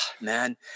Man